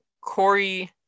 Corey